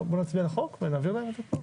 בוא נצביע על החוק ונעביר להם את זה כבר?